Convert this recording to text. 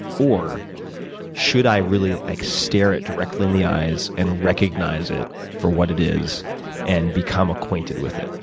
or should i really like stare it directly in the eyes and recognize it for what it is and become acquainted with it?